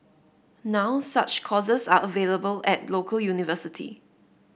now such courses are available at local university